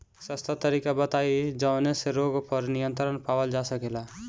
सस्ता तरीका बताई जवने से रोग पर नियंत्रण पावल जा सकेला?